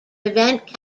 event